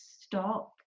stop